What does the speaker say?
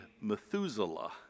Methuselah